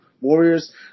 Warriors